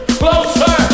closer